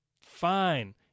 fine